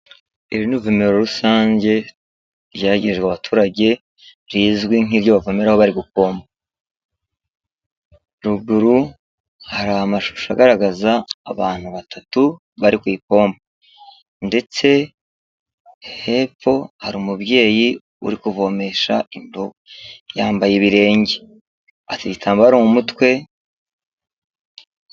Iri ni ivomero rusange ryegerejwe abaturage, rizwi nkiryo bavomeraho bari gupompa, ruguru hari amashusho agaragaza abantu batatu bari ku ipompo, ndetse hepfo hari umubyeyi uri kuvomesha indobo, yambaye ibirenge, afite igitambaro mu mutwe.